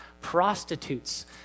prostitutes